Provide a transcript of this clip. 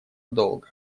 долга